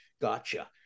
gotcha